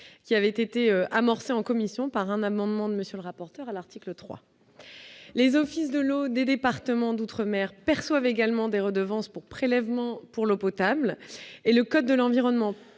qui avait été amorcée en commission par un amendement de monsieur le rapporteur à l'article 3 les offices de l'eau des départements d'outre-mer perçoivent également des redevances pour prélèvement pour l'eau potable et le code de l'environnement